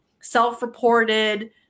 self-reported